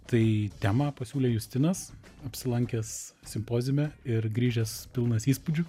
tai temą pasiūlė justinas apsilankęs simpoziume ir grįžęs pilnas įspūdžių